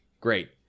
Great